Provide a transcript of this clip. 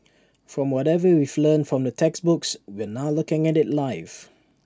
from whatever we've learnt from the textbooks we're now looking at IT live